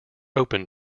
open